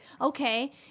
okay